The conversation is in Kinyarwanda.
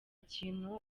kintu